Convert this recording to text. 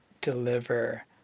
deliver